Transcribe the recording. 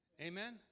Amen